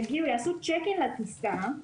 יעשו צ'ק-אין לטיסה,